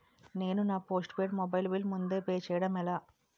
నేను నా postpaid mobile bill ముందే పే చేయడం ఎలా?